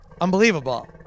Unbelievable